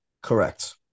Correct